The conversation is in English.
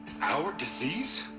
our disease?